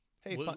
Hey